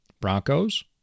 Broncos